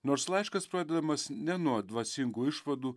nors laiškas pradedamas ne nuo dvasingų išvadų